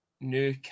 New